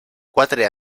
quatre